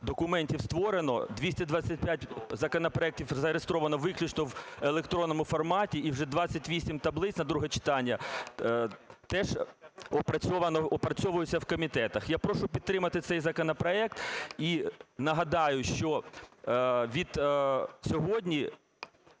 документів створено, 225 законопроектів зареєстровано виключно в електронному форматі, і вже 28 таблиць на друге читання теж опрацьовуються в комітетах. Я прошу підтримати цей законопроект. І нагадаю, що від сьогодні